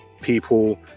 people